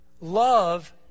Love